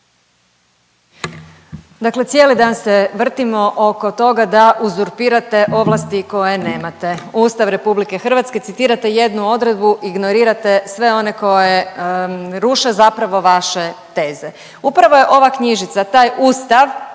Dakle, cijeli dan se vrtimo oko toga da uzurpirate ovlasti koje nemate. Ustav RH citirate jednu odredbu, ignorirate sve one koje ruše zapravo vaše teze. Upravo je ova knjižica taj Ustav